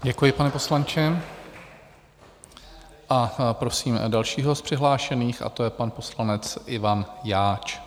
Děkuji, pane poslanče, a prosím dalšího z přihlášených a to je pan poslanec Ivan Jáč.